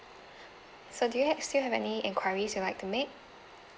so do you have still have any enquiries you'd like to make